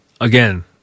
again